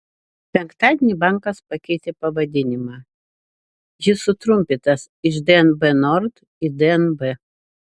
penktadienį bankas pakeitė pavadinimą jis sutrumpintas iš dnb nord į dnb